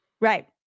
Right